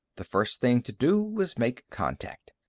the first thing to do was make contact.